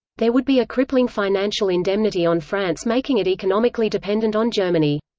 there would be a crippling financial indemnity on france making it economically dependent on germany.